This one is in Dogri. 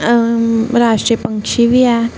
राष्ट्रीय पक्षी ऐ